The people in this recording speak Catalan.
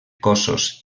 cossos